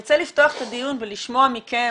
ארצה לפתוח את הדיון ולשמוע מכם,